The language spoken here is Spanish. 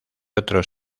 otros